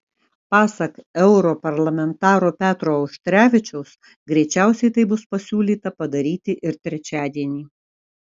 pasak europarlamentaro petro auštrevičiaus greičiausiai tai bus pasiūlyta padaryti ir trečiadienį